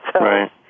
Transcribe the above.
Right